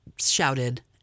shouted